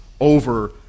over